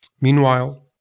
Meanwhile